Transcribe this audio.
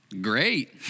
Great